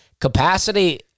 capacity